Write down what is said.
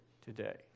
today